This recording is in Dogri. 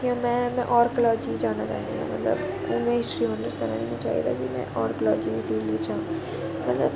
जियां में में आर्कलॉजी च जाना चाह्न्नी आं मतलब हून में हिस्टरी मतलब चाहि्दा कि में आर्कलॉजी दे फील्ड बिच्च जां मतलब